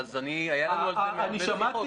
היו לנו על זה הרבה שיחות מאז.